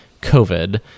covid